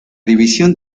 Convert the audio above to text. división